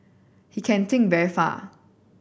he can think very far